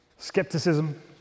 Skepticism